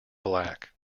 black